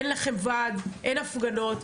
אין לכם וועד, אין הפגנות.